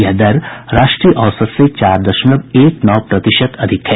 यह दर राष्ट्रीय औसत से चार दशमलव एक नौ प्रतिशत ज्यादा है